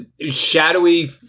shadowy